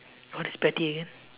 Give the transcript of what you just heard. what is petty again